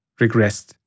regressed